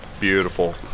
Beautiful